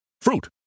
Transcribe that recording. fruit